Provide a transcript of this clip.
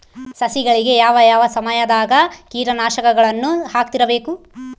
ಸಸಿಗಳಿಗೆ ಯಾವ ಯಾವ ಸಮಯದಾಗ ಕೇಟನಾಶಕಗಳನ್ನು ಹಾಕ್ತಿರಬೇಕು?